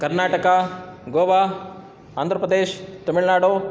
Karnataka Goa Andhra Pradesh Tamil Nadu